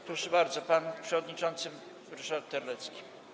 Proszę bardzo, pan przewodniczący Ryszard Terlecki.